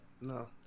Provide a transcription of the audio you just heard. no